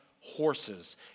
horses